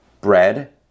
bread